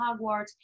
Hogwarts